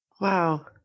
Wow